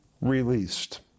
released